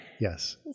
Yes